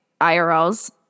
IRLs